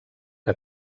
que